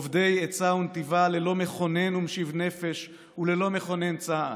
אובדי עצה ונתיבה,/ ללא מחונן ומשיב נפש וללא מכונן צעד.